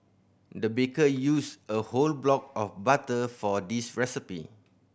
the baker used a whole block of butter for this recipe